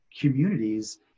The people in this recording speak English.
communities